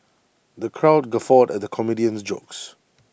the crowd guffawed at the comedian's jokes